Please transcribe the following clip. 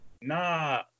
Nah